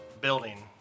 building